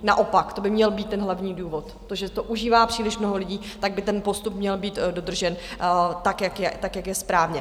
Naopak, to by měl být ten hlavní důvod, to, že to užívá příliš mnoho lidí, tak by ten postup měl být dodržen tak, jak je správně.